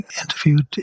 interviewed